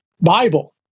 Bible